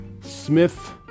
smith